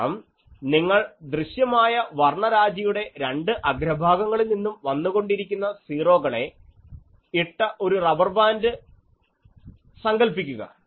കാരണം നിങ്ങൾ ദൃശ്യമായ വർണ്ണരാജിയുടെ രണ്ട് അഗ്രഭാഗങ്ങളിൽനിന്നും വന്നുകൊണ്ടിരിക്കുന്ന സീറോകളെ ഇട്ട ഒരു റബർബാൻഡ് സങ്കൽപ്പിക്കുക